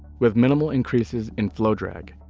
with minimal increases in flow drag.